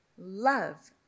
Love